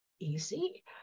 easy